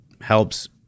helps